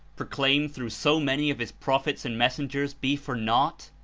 proclaimed through so many of his prophets and messengers, be for naught?